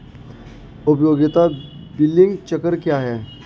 उपयोगिता बिलिंग चक्र क्या है?